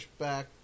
pushback